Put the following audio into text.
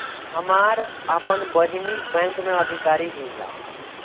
हमार आपन बहिनीई बैक में अधिकारी हिअ